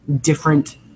different